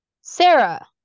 sarah